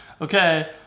okay